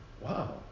Wow